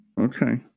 Okay